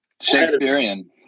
Shakespearean